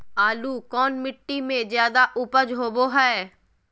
आलू कौन मिट्टी में जादा ऊपज होबो हाय?